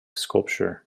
sculpture